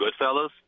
Goodfellas